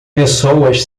pessoas